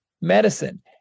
medicine